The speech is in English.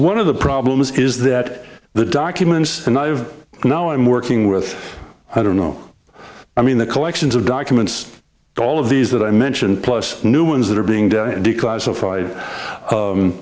one of the problems is that the documents and i know i'm working with i don't know i mean the collections of documents all of these that i mentioned plus new ones that are being declassified